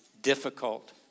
difficult